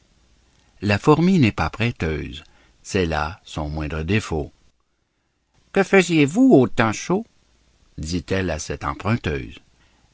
la fourmi n'est pas prêteuse c'est là son moindre défaut que faisiez-vous au temps chaud dit-elle à cette emprunteuse